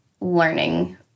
learning